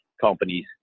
companies